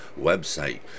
website